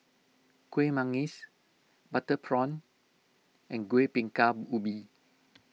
Kueh Manggis Butter Prawn and Kuih Bingka Ubi